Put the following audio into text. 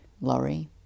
Laurie